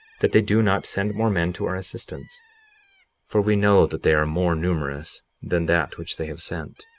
that they do not send more men to our assistance for we know that they are more numerous than that which they have sent.